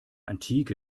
antike